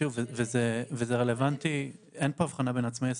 שוב, וזה רלוונטי, אין פה הבחנה בין עצמאי לשכיר.